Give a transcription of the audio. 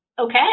Okay